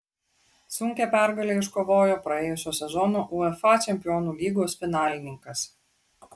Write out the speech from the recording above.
sunkią pergalę iškovojo praėjusio sezono uefa čempionų lygos finalininkas